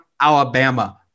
Alabama